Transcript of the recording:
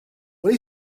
when